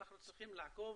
אנחנו צריכים לעקוב